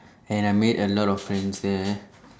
and I made a lot of friends there